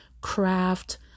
craft